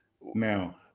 Now